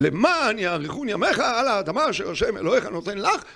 למען יאריכון ימיך על האדמה אשר השם אלוהיך נותן לך